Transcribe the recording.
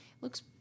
looks